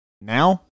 Now